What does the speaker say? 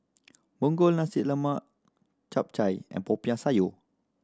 Punggol Nasi Lemak Chap Chai and Popiah Sayur